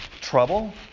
trouble